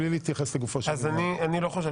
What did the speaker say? בלי להתייחס לגופו של --- אני לא חושב